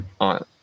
on